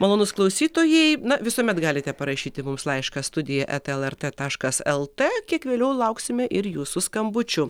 malonūs klausytojai na visuomet galite parašyti mums laišką studija el er t taškas el t kiek vėliau lauksime ir jūsų skambučių